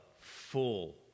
full